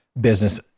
business